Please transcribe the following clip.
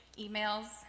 emails